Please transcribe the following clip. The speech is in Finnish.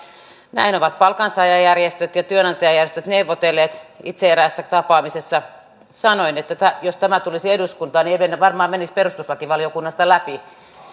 näin ovat palkansaajajärjestöt ja työnantajajärjestöt neuvotelleet itse eräässä tapaamisessa sanoin että jos tämä tulisi eduskuntaan niin ei se varmaan menisi perustuslakivaliokunnasta läpi